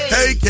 Hey